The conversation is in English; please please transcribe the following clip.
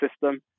system